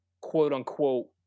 quote-unquote